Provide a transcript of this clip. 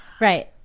Right